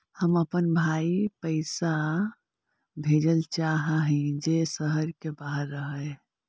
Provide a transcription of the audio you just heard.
हम अपन भाई पैसा भेजल चाह हीं जे शहर के बाहर रह हे